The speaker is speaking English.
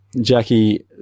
Jackie